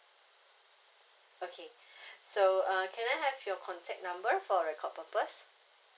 okay so uh can I have your contact number for record purpose